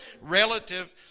relative